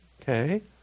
okay